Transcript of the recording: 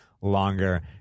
longer